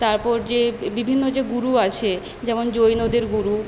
তারপর যে বিভিন্ন যে গুরু আছে যেমন জৈনদের গুরু